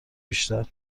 بیشتر